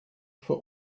for